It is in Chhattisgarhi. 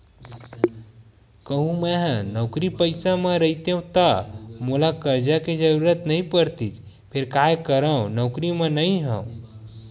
कहूँ मेंहा नौकरी पइसा म रहितेंव ता मोला करजा के जरुरत नइ पड़तिस फेर काय करव नउकरी म नइ हंव